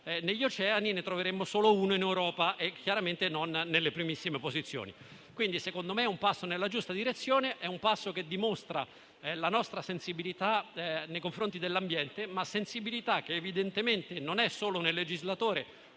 genere umano - ne troveremmo solo uno in Europa e chiaramente non nelle primissime posizioni. Quindi, secondo me, si tratta di un passo nella giusta direzione, che dimostra la nostra sensibilità nei confronti dell'ambiente, che evidentemente non è solo nel legislatore,